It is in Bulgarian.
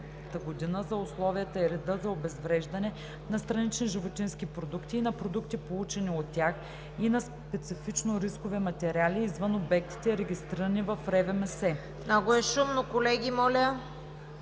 за условията и реда за обезвреждане на странични животински продукти и на продукти, получени от тях, и на специфичнорискови материали извън обектите, регистрирани в РВМС“ се заменят